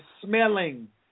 smelling